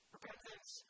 Repentance